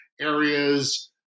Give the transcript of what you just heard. areas